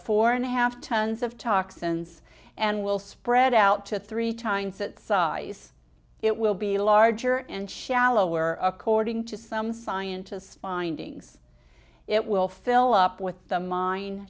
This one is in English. four and a half tons of toxins and will spread out to three times that size it will be larger and shallower according to some scientists findings it will fill up with the mine